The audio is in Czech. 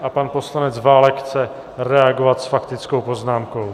A pan poslanec Válek chce reagovat s faktickou poznámkou.